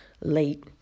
late